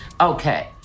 Okay